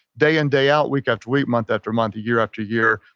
day in day out, week after week, month after month, year after year.